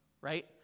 right